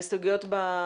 ההסתייגויות.